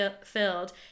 filled